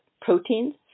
proteins